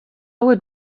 would